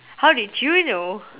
how did you know